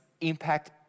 impact